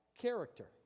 character